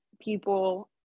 people